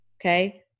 Okay